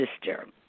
sister